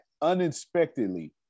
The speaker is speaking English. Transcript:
uninspectedly